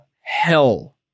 hell